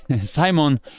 Simon